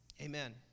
Amen